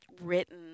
written